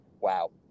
Wow